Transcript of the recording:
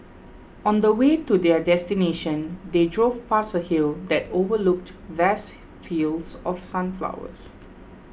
on the way to their destination they drove past a hill that overlooked vast fields of sunflowers